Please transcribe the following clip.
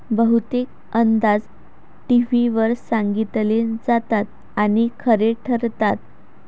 बहुतेक अंदाज टीव्हीवर सांगितले जातात आणि खरे ठरतात